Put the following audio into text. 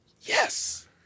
yes